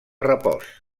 repòs